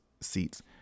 seats